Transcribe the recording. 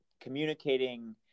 communicating